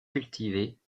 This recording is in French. cultivés